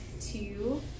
two